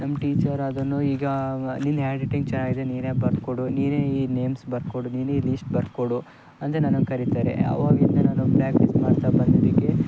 ನಮ್ಮ ಟೀಚರ್ ಅದನ್ನು ಈಗ ನಿನ್ನ ಹ್ಯಾಂಡ್ರೈಟಿಂಗ್ ಚೆನ್ನಾಗಿದೆ ನೀನೇ ಬರೆದ್ಕೊಡು ನೀನೇ ಈ ನೇಮ್ಸ್ ಬರ್ದ್ಕೊಡು ನೀನೇ ಈ ಲೀಸ್ಟ್ ಬರೆದ್ಕೊಡು ಅಂದು ನನಗೆ ಕರಿತಾರೆ ಆವಾಗಿಂದ ನಾನು ನಾನು ಪ್ರಾಕ್ಟೀಸ್ ಮಾಡ್ತಾ ಬಂದಿದ್ದಕ್ಕೆ